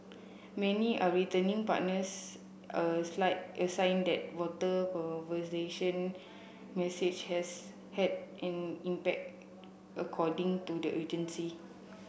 many are returning partners a a sign that water message has had an impact according to the agency